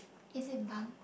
is it bun